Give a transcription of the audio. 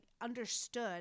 understood